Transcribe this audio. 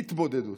התבודדות.